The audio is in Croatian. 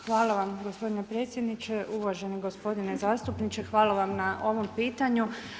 Hvala vam gospodine predsjedniče, uvaženi gospodine zastupniče, hvala vam na ovom pitanju.